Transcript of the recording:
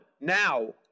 now